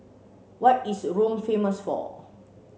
what is Rome famous for